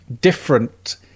different